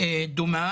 דומה